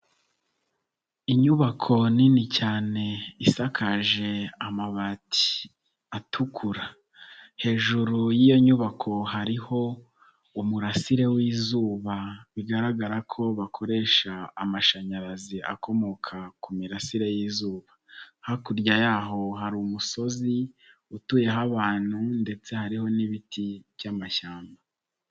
Inyubako nini cyane isakaje amabati atukura, hejuru y'iyo nyubako hariho umurasire w'izuba bigaragara ko bakoresha amashanyarazi akomoka ku mirasire y'izuba, hakurya yaho hari umusozi utuyeho abantu ndetse hariho n'ibiti by'amashyamba.